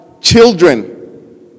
children